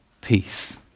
peace